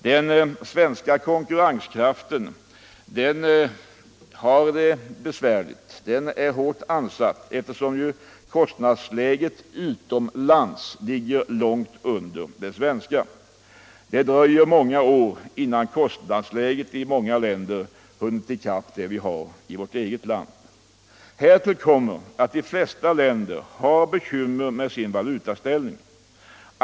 Den svenska konkurrenskraften har det besvärligt, den är hårt ansatt eftersom kostnadsläget utomlands ligger långt under det svenska. Det dröjer åtskilliga år innan kostnadsläget i många länder hunnit i kapp det vi har i vårt eget land. Härtill kommer att de flesta länder har bekymmer med sin valutaställning.